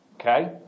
Okay